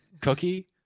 cookie